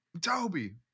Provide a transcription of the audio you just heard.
Toby